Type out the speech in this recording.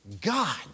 God